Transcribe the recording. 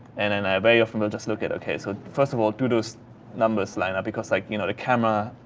and then i very often will just look at, ok, so first of all, do those numbers line up? because like, you know, the camera,